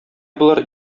болар